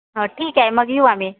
हं ठीक आहे मग येऊ आम्ही